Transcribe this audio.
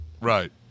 Right